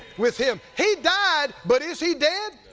with him, he died, but is he dead?